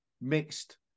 mixed